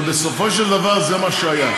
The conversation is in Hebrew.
אבל בסופו של דבר, זה מה שהיה.